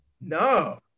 No